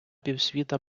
півсвіта